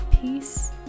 Peace